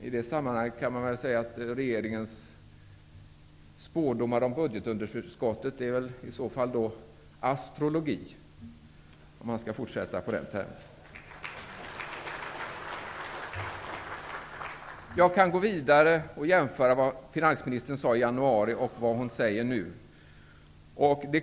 I det sammanhanget kan man säga att regeringens spådomar om budgetunderskottet då i så fall är astrologi, om man skall fortsätta använda den termen. Jag kan gå vidare med att jämföra med vad finansministern sade i januari och vad hon säger nu.